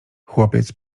chłopiec